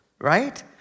right